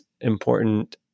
important